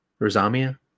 Rosamia